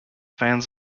fans